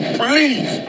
please